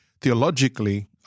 theologically